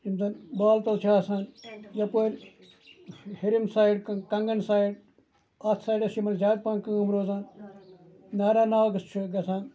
یِم زَن بالتل چھِ آسان یَپٲر ہیٚرِم سایڈ کَنگن سایڈ اَتھ سایڈَس چھُ یِمن زیادٕ پَہم کٲم روزان نارا ناگ چھُ گژھان